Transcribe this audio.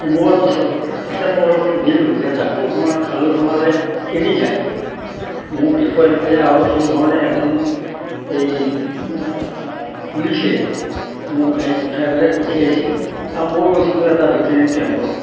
সোমোৱাৰ পিছত তেখেতসকলক সুধিলোঁ যে জাকৈভঙা খালৈভঙালৈ কেনি যায় মোক দেখুৱাই দিলে আৰু সেইধৰণে এজন এই পুলিচে মোক গাড়ীত উঠাই পেলাই পঠিয়াইছিল আৰু মই গৈছিলোঁ এটা বিটেলিয়ান কেম্পলৈ